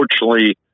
unfortunately